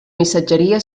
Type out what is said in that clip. missatgeria